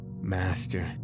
Master